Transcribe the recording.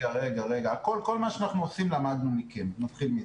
כל מה שאנחנו עושים למדנו מכם, נתחיל מזה,